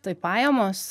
tai pajamos